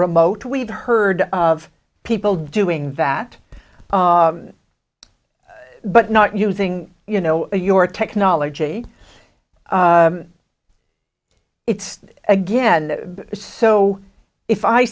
remote we've heard of people doing that but not using you know your technology it's again so if i